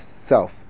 self